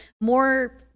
more